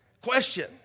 Question